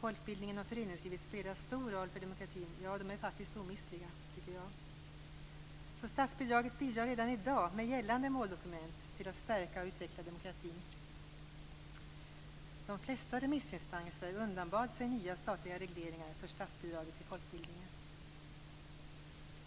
Folkbildningen och föreningslivet spelar stor roll för demokratin - ja, de är faktiskt omistliga, tycker jag. Statsbidraget bidrar alltså redan i dag, med gällande måldokument, till att stärka och utveckla demokratin. De flesta remissinstanser undanbad sig nya statliga regleringar för statsbidraget till folkbildningen.